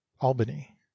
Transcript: albany